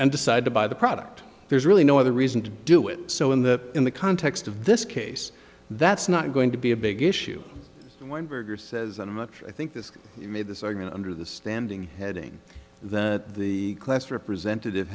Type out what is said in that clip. and decide to buy the product there's really no other reason to do it so in that in the context of this case that's not going to be a big issue when berger says and much i think this made this are going under the standing heading that the class representative